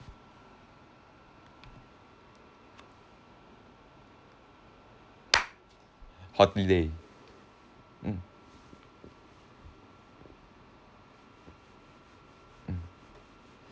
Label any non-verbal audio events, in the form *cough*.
holiday mm *breath*